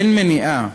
אין מניעה